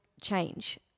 change